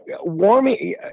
warming